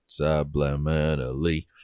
Subliminally